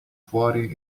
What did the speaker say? fuori